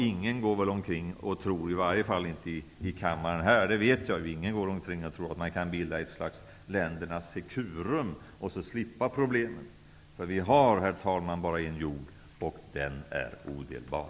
Ingen går väl omkring och tror -- i varje fall ingen här i kammaren -- att man kan bilda ett ländernas Securum och slippa problemen. Vi har bara en jord, och den är odelbar.